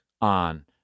on